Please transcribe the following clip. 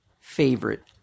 favorite